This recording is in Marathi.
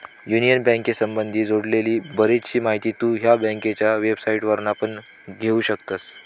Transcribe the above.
युनियन बँकेसंबधी जोडलेली बरीचशी माहिती तु ह्या बँकेच्या वेबसाईटवरना पण घेउ शकतस